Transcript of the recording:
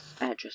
address